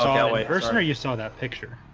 no way person who you saw that picture